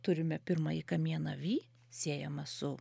turime pirmąjį kamieną vy siejamą su